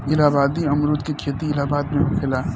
इलाहाबादी अमरुद के खेती इलाहाबाद में होखेला